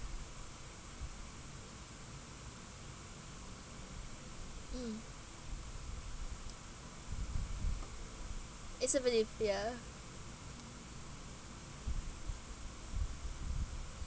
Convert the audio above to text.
mm isn't really fear